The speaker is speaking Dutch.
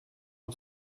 een